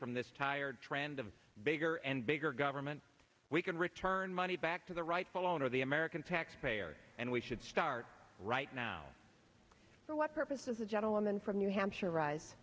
from this tired trend of bigger and bigger government we can return money back to the rightful owner the american taxpayer and we should start right now for what purposes the gentleman from new hampshire rise